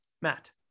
Matt